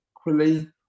equally